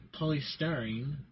polystyrene